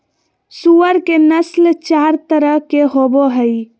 सूअर के नस्ल चार तरह के होवो हइ